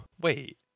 Wait